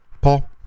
Paul